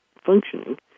functioning